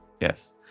Yes